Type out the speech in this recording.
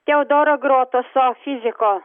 teodoro grotoso fiziko